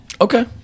Okay